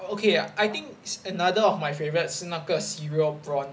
okay I think is another of my favorites 是那个 cereal prawn